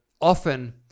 often